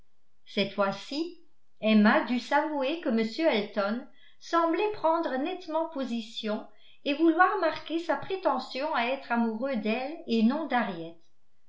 cette fois-ci emma dut s'avouer que m elton semblait prendre nettement position et vouloir marquer sa prétention à être amoureux d'elle et non